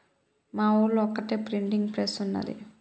మా ఊళ్లో ఒక్కటే ప్రింటింగ్ ప్రెస్ ఉన్నది